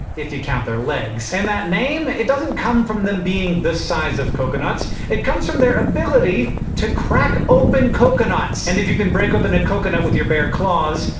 if you count their legs. and that name? it doesn't come from them being the size of coconuts. it comes from their ability to crack open coconuts. and if you can break open a coconut with your bare claws,